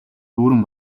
дүүрэн